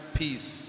peace